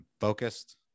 focused